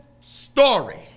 story